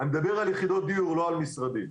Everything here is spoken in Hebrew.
אני מדבר על יחידות דיור, לא על משרדים.